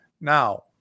now